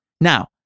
now